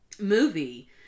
movie